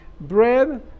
bread